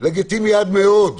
לגיטימי עד מאוד,